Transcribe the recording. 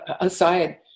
aside